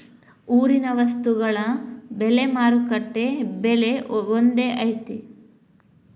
ಊರಿನ ವಸ್ತುಗಳ ಬೆಲೆ ಮಾರುಕಟ್ಟೆ ಬೆಲೆ ಒಂದ್ ಐತಿ?